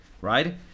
right